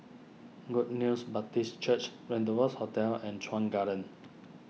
Good News Baptist Church Rendezvous Hotel and Chuan Garden